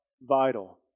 vital